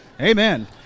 Amen